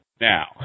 now